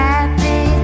Happy